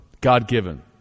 God-given